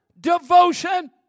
devotion